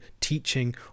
teaching